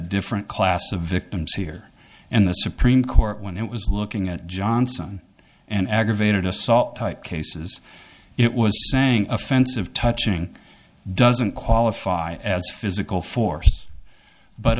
different class of victims here and the supreme court when it was looking at johnson and aggravated assault type cases it was saying offensive touching doesn't qualify as physical force but